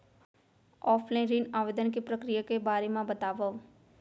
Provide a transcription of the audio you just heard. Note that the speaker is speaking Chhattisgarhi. ऑफलाइन ऋण आवेदन के प्रक्रिया के बारे म बतावव?